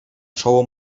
czoło